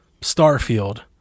Starfield